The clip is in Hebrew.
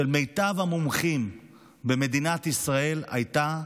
של מיטב המומחים במדינת ישראל, הייתה